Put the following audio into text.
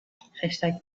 خشتک